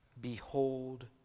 Behold